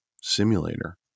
Simulator